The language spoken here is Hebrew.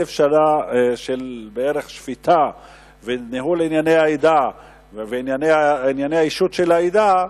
בערך 1,000 שנה של שפיטה וניהול ענייני העדה וענייני האישות של העדה,